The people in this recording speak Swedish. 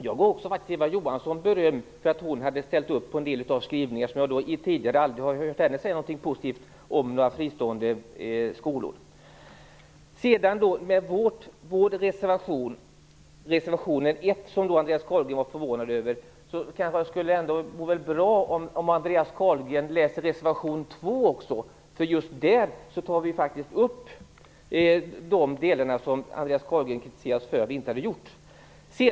Jag gav Eva Johansson beröm för att hon ställt upp på en del av skrivningarna, eftersom jag aldrig tidigare hört henne säga något positivt om fristående skolor. Andreas Carlgren var förvånad över reservation 1. Jag tycker att han borde läsa även reservation 2, där vi tar upp just de delar som Andreas Carlgren kritiserade oss för att inte ha gjort.